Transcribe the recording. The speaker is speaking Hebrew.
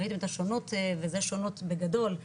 ראיתם את השונות וזה שונות בגדול,